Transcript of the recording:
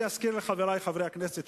אני אזכיר לחברי חברי הכנסת,